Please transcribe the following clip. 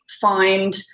find